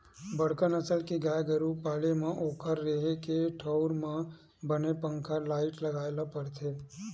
बड़का नसल के गाय गरू के पाले म ओखर रेहे के ठउर म बने पंखा, लाईट लगाए ल परथे